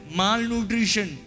malnutrition